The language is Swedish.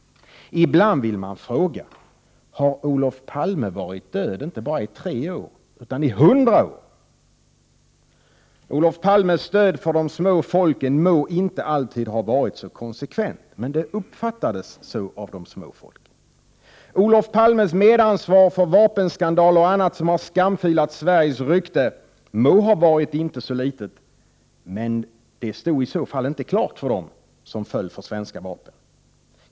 Ibland vill man fråga: Har Olof Palme varit död inte bara i tre år utan i hundra år? Olof Palmes stöd för de små folken må inte alltid ha varit så konsekvent. Men det uppfattades så av de små folken. Olof Palmes medansvar för vapenskandaler och annat som har skamfilat Sveriges rykte må ha varit inte så litet. Men det stod i så fall inte klart för dem som föll för svenska vapen.